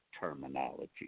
terminology